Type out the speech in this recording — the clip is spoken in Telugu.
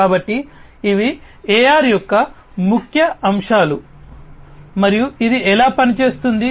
కాబట్టి ఇవి AR యొక్క ముఖ్య అంశాలు మరియు ఇది ఎలా పనిచేస్తుంది